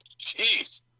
Jeez